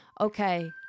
Okay